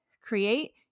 create